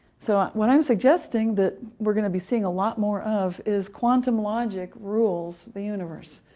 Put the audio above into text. so what i'm suggesting that we're going to be seeing a lot more of is quantum logic rules the universe.